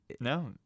no